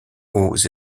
aux